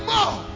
More